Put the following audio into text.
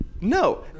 No